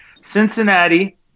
Cincinnati